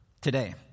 today